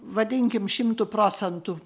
vadinkim šimtu procentų